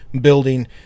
building